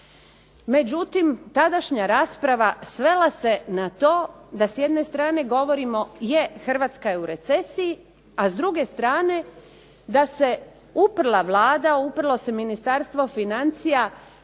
Međutim, tadašnja rasprava svela se na to da s jedne strane govorimo je Hrvatska je u recesiji, a s druge strane da se uprla Vlada, uprlo se Ministarstvo financija